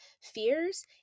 fears